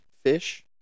Fish